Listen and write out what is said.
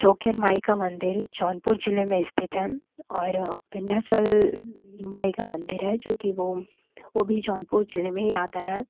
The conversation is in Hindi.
छेन्कियन माई का मंदिर जौनपुर जिले में स्थित है और विंध्याचल माई का मंदिर है जो कि वह वह भी जौनपुर ज़िले में आता है